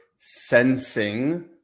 Sensing